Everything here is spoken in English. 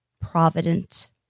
provident